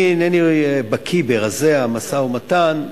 אני אינני בקי ברזי המשא-ומתן,